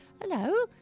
Hello